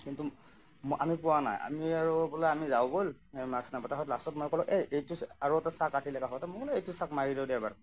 কিন্তু ম আমি পোৱা নাই আমি আৰু বোলো আমি যাওঁ ব'ল আমি মাছ নাপাওঁ তাৰপিছত লাষ্টত মই ক'লোঁ এই এইটো আৰু এটা চাক আছিলে কাষত মই ক'লোঁ এইটো চাক মাৰি দিওঁ দে এবাৰ